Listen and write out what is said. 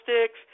sticks